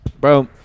Bro